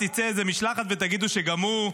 תצא איזו משלחת ותגידו שגם הוא,